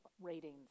ratings